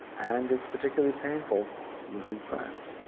and it's particularly painful losing friends.